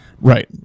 Right